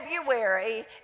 February